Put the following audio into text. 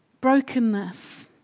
Brokenness